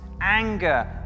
Anger